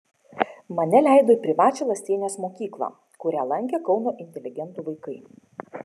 mane leido į privačią lastienės mokyklą kurią lankė kauno inteligentų vaikai